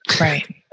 Right